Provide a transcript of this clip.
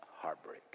heartbreak